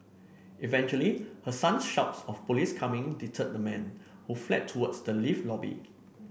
eventually her son's shouts of police coming deterred the man who fled towards the lift lobby